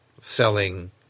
selling